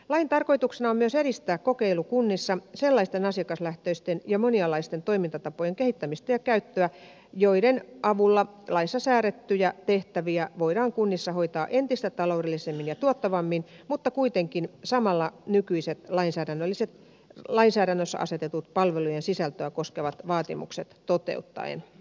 lain tarkoituksena on myös edistää kokeilukunnissa sellaisten asiakaslähtöisten ja monialaisten toimintatapojen kehittämistä ja käyttöä joiden avulla laissa säädettyjä tehtäviä voidaan kunnissa hoitaa entistä taloudellisemmin ja tuottavammin mutta kuitenkin samalla nykyiset lainsäädännössä asetetut palvelujen sisältöä koskevat vaatimukset toteuttaen